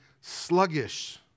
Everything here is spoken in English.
sluggish